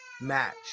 match